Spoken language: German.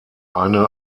eine